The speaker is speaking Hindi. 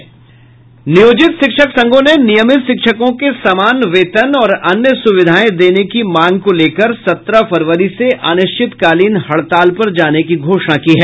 नियोजित शिक्षक संघों ने नियमित शिक्षकों के समान वेतन और अन्य स्विधाएं देने की मांग को लेकर सत्रह फरवरी से अनिश्चितकालीन हड़ताल पर जाने की घोषणा की है